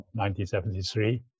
1973